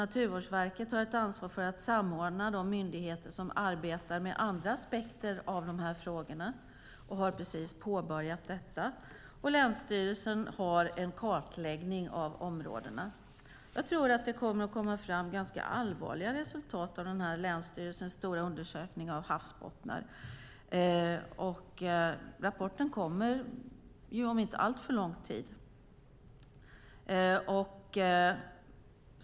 Naturvårdsverket har också ett ansvar för att samordna de myndigheter som arbetar med andra aspekter av de här frågorna och har precis påbörjat detta. Länsstyrelsen har en pågående kartläggning av områdena. Jag tror att det kommer att komma fram ganska allvarliga resultat av länsstyrelsens stora undersökning av havsbottnar. Rapporten kommer om inte alltför lång tid.